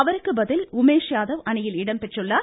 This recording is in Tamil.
அவருக்கு பதில் உமேஷ் யாதவ் அணியில் இடம்பெற்றுள்ளார்